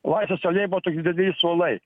laisvės alėjoj buvo tokie dideli suolai